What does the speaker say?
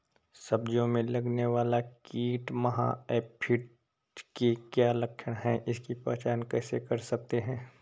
सब्जियों में लगने वाला कीट माह एफिड के क्या लक्षण हैं इसकी पहचान कैसे कर सकते हैं?